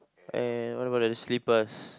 and what about the slippers